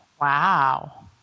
wow